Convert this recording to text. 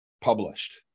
published